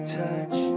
touch